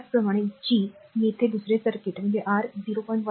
त्याचप्रमाणे G तेथे दुसरे सर्किट R 0